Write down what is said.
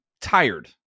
tired